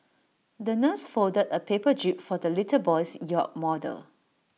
the nurse folded A paper jib for the little boy's yacht model